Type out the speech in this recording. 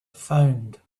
phoned